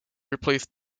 replaced